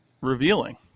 revealing